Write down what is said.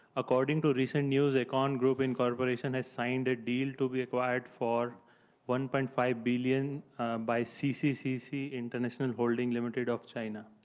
according to recent news, aecon group incorporated and has signed a deal to be acquired for one point five billion by cccc international holding limited of china,